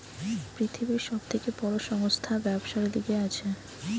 পৃথিবীর সব থেকে বড় সংস্থা ব্যবসার লিগে আছে